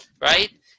right